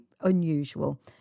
unusual